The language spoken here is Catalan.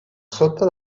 sota